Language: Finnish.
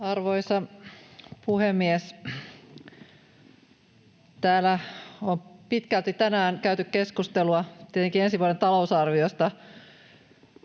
Arvoisa puhemies! Täällä on tänään pitkälti käyty keskustelua tietenkin ensi vuoden talousarviosta,